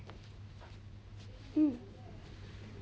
hmm